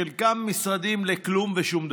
חלקם משרדים לכלום ושום דבר.